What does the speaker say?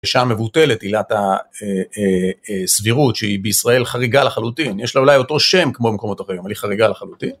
שם מבוטלת עילת האה...אה...אה...סבירות שהיא בישראל חריגה לחלוטין. יש לה אולי אותו שם כמו במקומות אחרים, אבל היא חריגה לחלוטין.